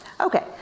Okay